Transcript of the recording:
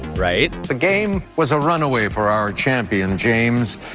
right? the game was a runaway for our champion, james.